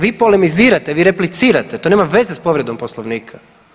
Vi polemizirate, vi replicirate, to nema veze s povredom Poslovnika.